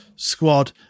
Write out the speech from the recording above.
squad